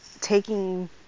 taking